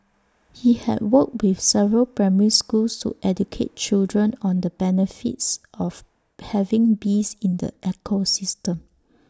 he had worked with several primary schools to educate children on the benefits of having bees in the ecosystem